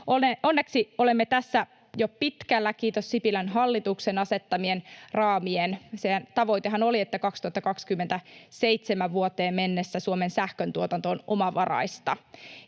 Onneksi olemme tässä jo pitkällä, kiitos Sipilän hallituksen asettamien raamien. Tavoitehan oli, että vuoteen 2027 mennessä Suomen sähköntuotanto on omavaraista,